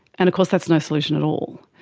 and of course that's no solution at all.